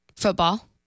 Football